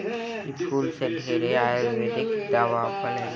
इ फूल से ढेरे आयुर्वेदिक दावा बनेला